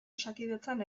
osakidetzan